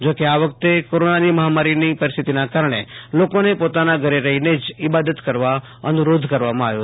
જો કે આ વ્યખતે ક્રીરોનાની મેહામારીની પરિસ્થિતિના કારણે લોકોને પોતાના ઘરે રહીને જ ઈબાદત કરવા અનુરીધ કરવામાં આવ્યો છે